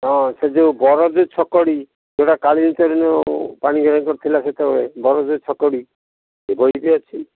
ହଁ ସେ ଯେଉଁ ବରଜ ଛଅ କଡ଼ି ଯେଉଁ କାଳୀଚରଣ ପାଣିଗ୍ରାହୀଙ୍କର ଥିଲା ସେତେବେଳେ ବରଜ ଛଅ କଡ଼ି ସେ ବହିଟି ଅଛି